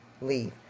leave